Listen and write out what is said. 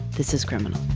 this is criminal